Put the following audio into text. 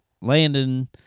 Landon